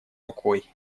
рукой